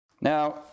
Now